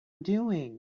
doing